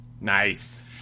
Nice